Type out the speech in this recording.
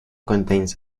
contains